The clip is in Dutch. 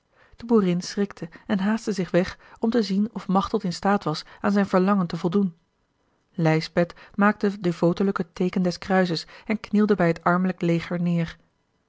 de boerin schrikte en haastte zich weg om te zien of machteld in staat was aan zijn verlangen te voldoen lijsbeth maakte devotelijk het teeken des kruises en knielde bij het armelijk leger neêr